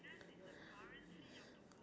um if happiness were